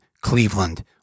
Cleveland